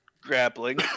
grappling